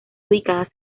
ubicadas